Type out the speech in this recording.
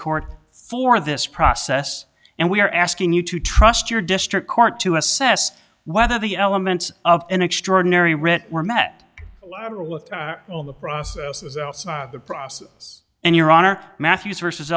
court for this process and we are asking you to trust your district court to assess whether the elements of an extraordinary writ were met with all the process of the process and your honor matthews versus